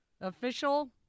official